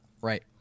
right